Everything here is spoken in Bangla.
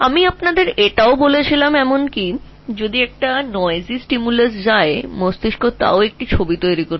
আমি তোমাদের এও বলেছি এমনকি যদি কোনও গোলমেলে উদ্দীপনা চলে যায় মস্তিষ্ক তখনও একটি ইমেজ গঠন করবে